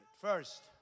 First